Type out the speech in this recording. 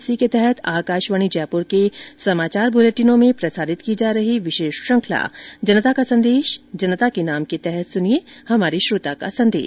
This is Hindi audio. इसी के तहत आकाशवाणी जयपूर के समाचार बुलेटिनों में प्रसारित की जा रही विशेष श्रुखंला जनता का संदेश जनता के नाम के तहत सुनिये हमारे श्रोता का संदेश